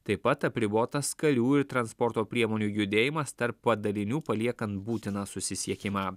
taip pat apribotas karių ir transporto priemonių judėjimas tarp padalinių paliekant būtiną susisiekimą